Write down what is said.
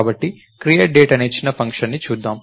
కాబట్టి create date అనే చిన్న ఫంక్షన్ని చూద్దాం